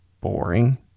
boring